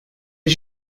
did